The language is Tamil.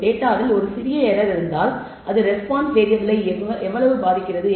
டேட்டாவில் ஒரு சிறிய எர்ரர் இருந்தால் அது ரெஸ்பான்ஸ் வேறியபிளை எவ்வளவு பாதிக்கிறது